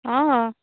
অ'